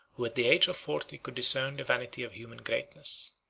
who at the age of forty could discern the vanity of human greatness.